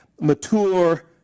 mature